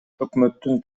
өкмөттүн